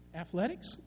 Athletics